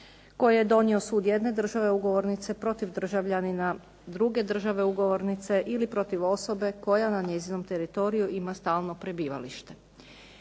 koje je donio sud jedne države ugovornice protiv državljanina druge države ugovornice ili protiv osobe koja na njezinom teritoriju ima stalno prebivalište.